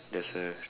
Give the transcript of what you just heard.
there's a